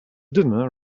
dinner